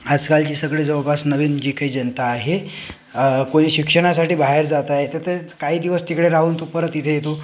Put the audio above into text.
आजकालची सगळी जवळपास नवीन जी काही जनता आहे कोणी शिक्षणासाठी बाहेर जात आहे तर ते काही दिवस तिकडे राहून तो परत इथे येतो